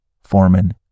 Foreman